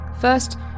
First